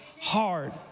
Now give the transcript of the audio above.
hard